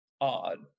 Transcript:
odd